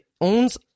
owns